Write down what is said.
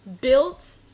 built